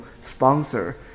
sponsor